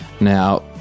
Now